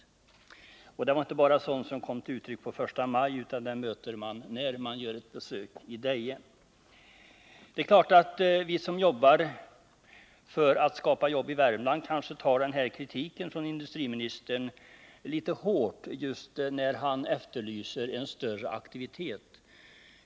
Den irritationen var inte bara något som kom till uttryck första maj, utan den möter man ständigt när man gör ett besök i Deje. Det är klart att vi som jobbar för att skapa arbetstillfällen i Värmland tar kritiken från industriministern litet hårt, just när han efterlyser större aktivitet.